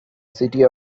city